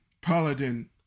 Paladin